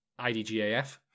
IDGAF